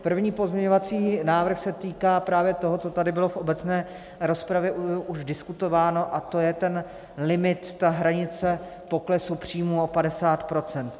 První pozměňovací návrh se týká právě toho, co tady bylo v obecné rozpravě už diskutováno, a to je ten limit, ta hranice poklesu příjmů o 50 %.